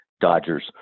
Dodgers